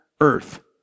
earth